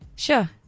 Sure